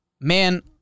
man